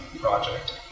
Project